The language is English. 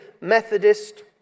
Methodist